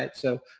but so,